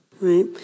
right